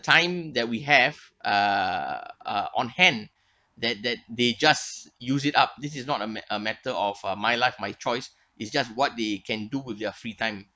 time that we have uh uh on hand that that they just use it up this is not a mat~ a matter of uh my life my choice it's just what they can do with their free time